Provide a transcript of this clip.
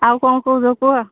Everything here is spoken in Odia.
ଆଉ କ'ଣ କହୁଛ କୁହ